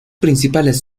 principales